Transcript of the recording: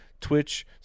Twitch